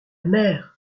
mer